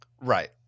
Right